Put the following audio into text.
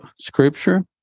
scripture